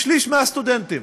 כשליש מהסטודנטים.